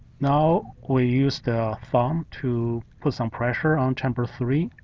now, we use the thumb to put some pressure on chamber three.